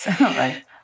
Right